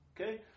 Okay